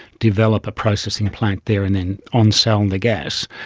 develop a processing plant there and then on-sell and the gas,